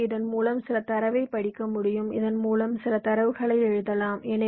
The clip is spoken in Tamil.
எனவே இதன் மூலம் சில தரவைப் படிக்க முடியும் இதன் மூலம் சில தரவுகளையும் எழுதலாம்